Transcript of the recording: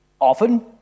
often